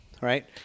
right